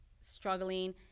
struggling